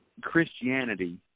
Christianity